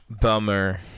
Bummer